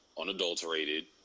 unadulterated